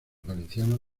valencianos